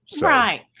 Right